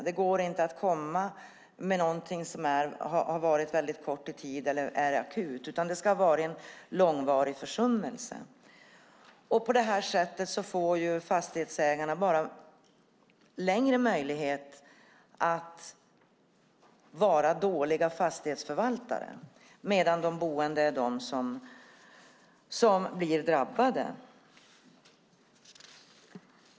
Det går inte att komma med någonting som varat väldigt kort tid eller är akut, utan det ska ha varit en långvarig försummelse. På det här sättet får fastighetsägarna bara möjlighet att vara dåliga fastighetsförvaltare ännu längre, medan de boende är dem som blir drabbade.